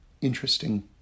interesting